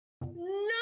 No